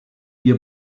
wir